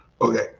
Okay